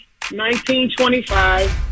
1925